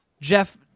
Jeff